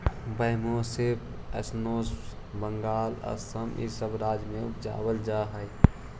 Bambusa spinosa Bengal, Assam इ सब राज्य में उपजऽ हई